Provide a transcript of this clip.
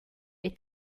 est